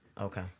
Okay